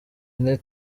nti